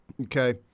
okay